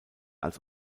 als